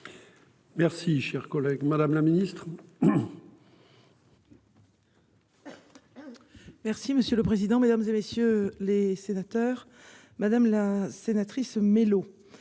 Merci cher collègue. Madame la Ministre. Merci monsieur le président, Mesdames, et messieurs les sénateurs, madame la sénatrice mélo.